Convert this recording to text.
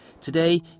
Today